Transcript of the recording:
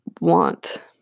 want